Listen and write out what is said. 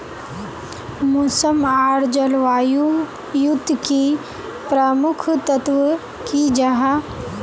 मौसम आर जलवायु युत की प्रमुख तत्व की जाहा?